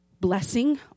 blessing